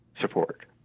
support